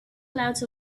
clouds